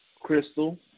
Crystal